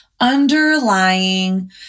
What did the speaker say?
underlying